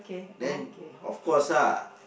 then of course lah